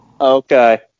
Okay